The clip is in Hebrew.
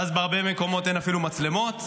ואז בהרבה מקומות אין אפילו מצלמות,